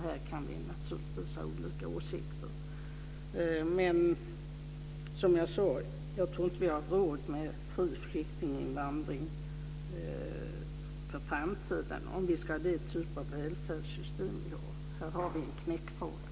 Här kan vi naturligtvis ha olika åsikter, men som jag sade tror jag inte att vi har råd med fri flyktinginvandring för framtiden om vi ska ha den typ av välfärdssystem vi har. Här har vi en knäckfråga.